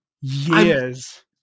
years